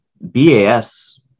BAS